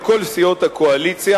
על כל סיעות הקואליציה.